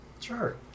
Sure